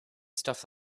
stuff